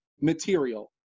material